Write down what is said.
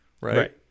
right